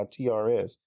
TRS